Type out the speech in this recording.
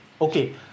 okay